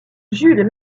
jules